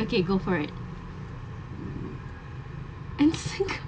okay go for it instinct